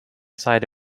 side